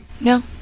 No